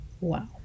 wow